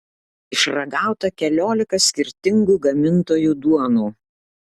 išragauta keliolika skirtingų gamintojų duonų